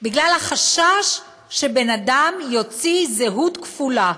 בגלל החשש שבן-אדם יוציא זהות כפולה.